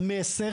המסר,